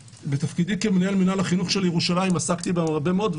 ובתפקידי כמנהל מינהל החינוך של ירושלים עסקתי בהם הרבה מאוד,